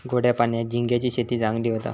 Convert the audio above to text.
गोड्या पाण्यात झिंग्यांची शेती चांगली होता